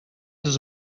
dos